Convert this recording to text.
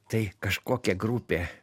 tai kažkokia grupė